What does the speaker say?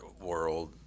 world